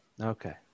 Okay